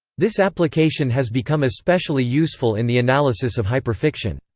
this application has become especially useful in the analysis of hyperfiction.